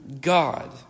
God